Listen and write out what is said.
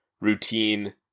routine